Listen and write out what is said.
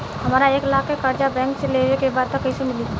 हमरा एक लाख के कर्जा बैंक से लेवे के बा त कईसे मिली?